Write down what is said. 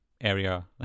area